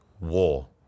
war